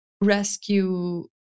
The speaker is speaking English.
rescue